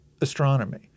astronomy